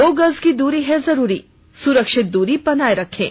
दो गज की दूरी है जरूरी सुरक्षित दूरी बनाए रखें